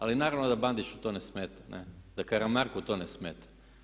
Ali naravno da Bandiću to ne smeta, da Karamarku to ne smeta.